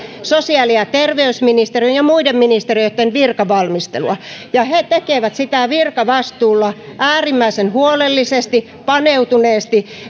sosiaali ja terveysministeriön että muiden ministeriöitten virkavalmistelua ja he tekevät sitä virkavastuulla äärimmäisen huolellisesti paneutuneesti